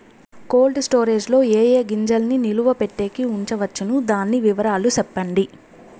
Cold storage లో ఏ ఏ గింజల్ని నిలువ పెట్టేకి ఉంచవచ్చును? దాని వివరాలు సెప్పండి?